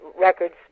Records